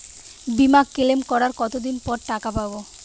বিমা ক্লেম করার কতদিন পর টাকা পাব?